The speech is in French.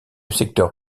secteur